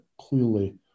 clearly